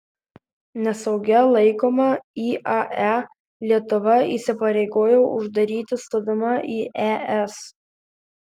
nesaugia laikomą iae lietuva įsipareigojo uždaryti stodama į es